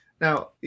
Now